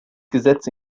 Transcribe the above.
gesetz